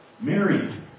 Mary